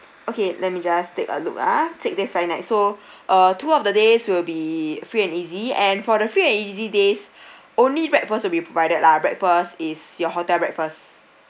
okay let me just take a look ah six days five nights so uh two of the days will be free and easy and for the free and easy days only breakfast will be provided lah breakfast is your hotel breakfast